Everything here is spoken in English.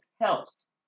helps